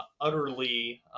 utterly